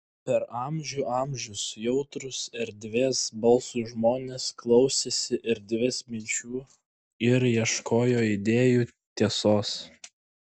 per amžių amžius jautrūs erdvės balsui žmonės klausėsi erdvės minčių ir ieškojo idėjų tiesos